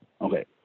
okay